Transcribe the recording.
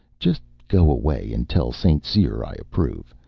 just go away and tell st. cyr i approve.